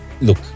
Look